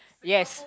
yes